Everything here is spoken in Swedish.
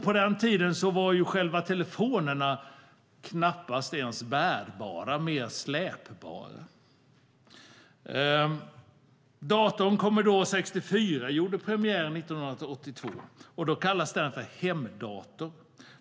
På den tiden var själva telefonerna knappast ens bärbara, mer släpbara. Datorn Commodore 64 hade premiär 1982 och kallades för "hemdator".